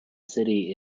city